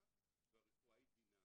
והרפואה היא דינמית.